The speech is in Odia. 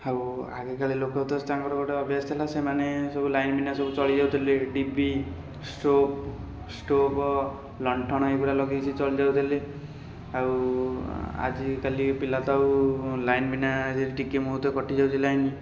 ଆଉ ଆଗେକାଳେ ଲୋକ ତ ତାଙ୍କର ଗୋଟେ ଅଭ୍ୟାସ ଥିଲା ସେମାନେ ସବୁ ଲାଇନ୍ ବିନା ସବୁ ଚଳି ଯାଉଥିଲେ ଡିବି ସୋବ ଷ୍ଟୋଭ୍ ଲଣ୍ଠନ ଏଇଗୁରା ଲଗେଇକି ସିଏ ଚଳି ଯାଉଥିଲେ ଆଉ ଆଜିକାଲି ପିଲା ତ ଆଉ ଲାଇନ୍ ବିନା ଯଦି ଟିକିଏ ମୁହୂର୍ତ୍ତ କଟିଯାଉଛି ଲାଇନ୍